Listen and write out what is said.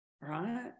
right